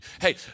Hey